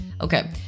okay